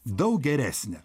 daug geresnį